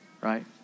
right